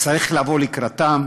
צריך לבוא לקראתם.